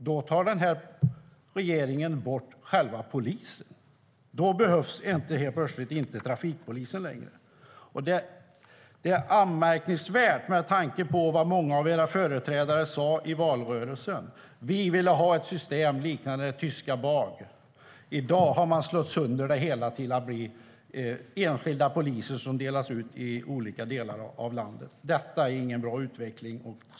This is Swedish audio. Jo, då tar regeringen bort trafikpolisen. Då behövs helt plötsligt inte trafikpolisen längre. Det är anmärkningsvärt med tanke på vad många av statsrådets partiföreträdare sa i valrörelsen, nämligen att man ville ha ett system liknande det tyska B.A.G. I dag har man slagit sönder organisationen så att enskilda poliser skickas ut till olika delar av landet. Det är ingen bra utveckling.